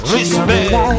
Respect